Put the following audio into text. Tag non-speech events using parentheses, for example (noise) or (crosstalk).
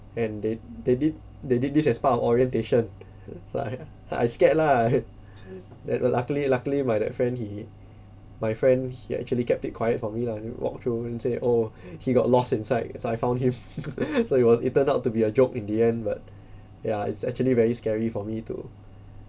and they they did they did this as part of orientation fly ah I scared lah (laughs) then luckily luckily my that friend he my friend he actually kept it quiet for me lah you walk through and say oh he got lost inside so I found him (laughs) so it was it turned out to be a joke in the end but ya it's actually very scary for me to